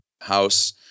house